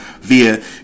via